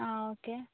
ആ ഓക്കെ